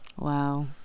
Wow